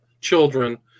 children